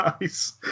nice